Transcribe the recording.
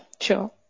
sure